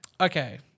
Okay